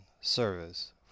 service